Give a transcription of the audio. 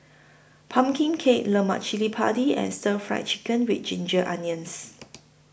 Pumpkin Cake Lemak Cili Padi and Stir Fried Chicken with Ginger Onions